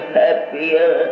happier